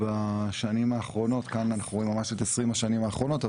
בשנים האחרונות כאן אנחנו ממש רואים את 20 השנים האחרונות,